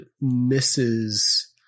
misses